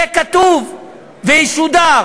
יהיה כתוב וישודר.